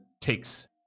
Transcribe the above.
takes